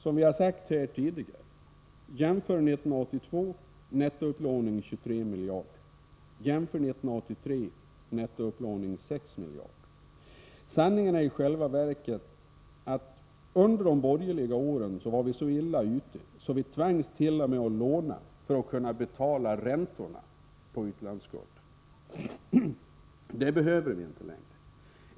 Som vi har sagt här tidigare: jämför 1982, nettoupplåning 23 miljarder, med 1983, nettoupplåning 6 miljarder. Sanningen är i själva verket att vi under de borgerliga åren var så illa ute att vit.o.m. tvangs att låna för att kunna betala räntorna på utlandsskulden. Det behöver vi inte längre.